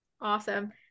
Awesome